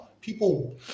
people